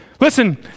Listen